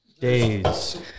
Days